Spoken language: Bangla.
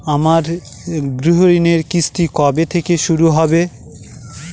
আমার গৃহঋণের কিস্তি কবে থেকে শুরু হবে?